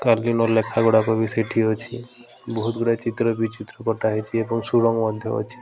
କାଳୀନ ଲେଖାଗୁଡ଼ାକ ବି ସେଠି ଅଛି ବହୁତ ଗୁଡ଼ାଏ ଚିତ୍ର ବି ଚିତ୍ର କଟା ହେଇଛି ଏବଂ ସୁଡ଼ଙ୍ଗ ମଧ୍ୟ ଅଛି